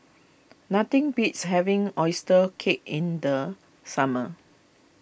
nothing beats having Oyster Cake in the summer